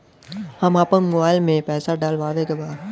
हम आपन मोबाइल में पैसा डलवावे के बा?